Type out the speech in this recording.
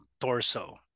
torso